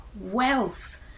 wealth